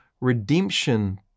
redemption